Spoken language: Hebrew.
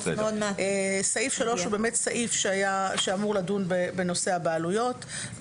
סעיף 3 הוא סעיף שאמור לדון בנושא הבעלויות: 3. (א)